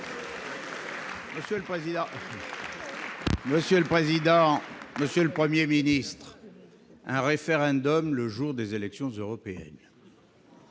Républicains. Monsieur le Premier ministre, un référendum le jour des élections européennes